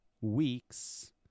weeks